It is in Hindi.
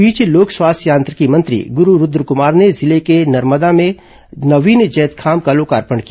इस बीच लोक स्वास्थ्य यांत्रिकी मंत्री गुरू रूद्रकुमार ने जिले के नरमदा गांव में नवीन जैतखाम का लोकार्पण किया